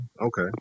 okay